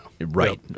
Right